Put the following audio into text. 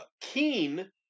keen